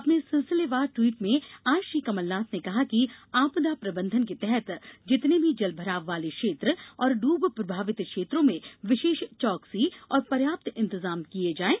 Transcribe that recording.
अपने सिलसिलेवार ट्वीट में आज श्री कमलनाथ ने कहा कि आपदा प्रबंधन के तहत जितने भी जलभराव वाले क्षेत्र और डूब प्रभावित क्षेत्रों में विशेष चौकसी और पर्याप्त इंतजाम किये जायें